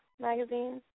Magazine